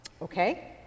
Okay